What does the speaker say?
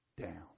down